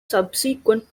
subsequent